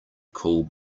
call